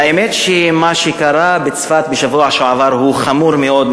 האמת שמה שקרה בצפת בשבוע שעבר הוא חמור מאוד,